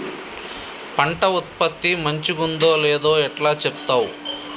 పంట ఉత్పత్తి మంచిగుందో లేదో ఎట్లా చెప్తవ్?